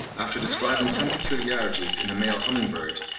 after describing some peculiarities in a male humming-bird,